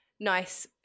nice